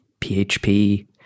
PHP